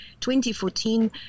2014